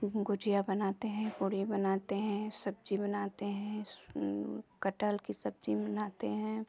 गुजिया बनाते हैं पूड़ी बनाते हैं सब्ज़ी बनाते हैं कटहल की सब्ज़ी बनाते हैं